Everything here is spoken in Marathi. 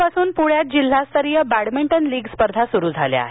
आजपासून पुण्यात जिल्हास्तरीय बॅडमिंटन लीग स्पर्धा सुरु झाल्या आहेत